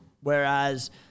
Whereas